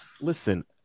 Listen